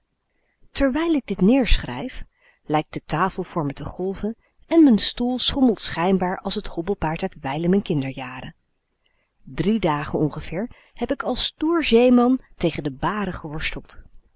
terwijl ik dit neerschrijf lijkt de tafel voor me te golven en m'n stoel schommelt schijnbaar als het hobbelpaard uit wijlen m'n kinderjaren driè dagen ongeveer heb k als stoer zeeman tegen de bàren geworsteld